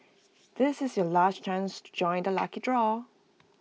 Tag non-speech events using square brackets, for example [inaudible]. [noise] this is your last chance to join the lucky draw